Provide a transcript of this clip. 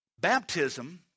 Baptism